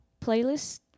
playlist